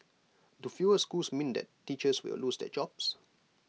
do fewer schools mean that teachers will lose their jobs